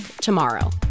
tomorrow